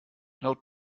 laut